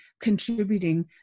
contributing